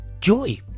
joy